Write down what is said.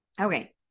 Okay